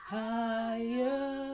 higher